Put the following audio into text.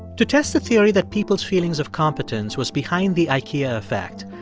to test the theory that people's feelings of competence was behind the ikea effect,